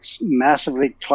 massively